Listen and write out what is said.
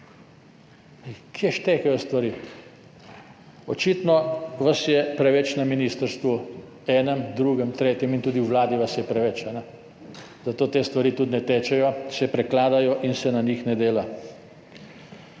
Kje štekajo stvari? Očitno vas je preveč na ministrstvu, enem, drugem, tretjem in tudi v vladi vas je preveč, zato te stvari tudi ne tečejo, se prekladajo in se na njih ne dela.